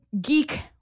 geek